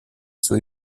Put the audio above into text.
suoi